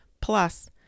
Plus